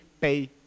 pay